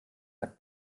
hat